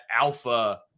alpha